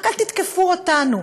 רק אל תתקפו אותנו.